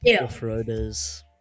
off-roaders